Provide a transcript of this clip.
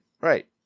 Right